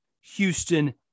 Houston